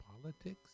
politics